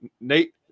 Nate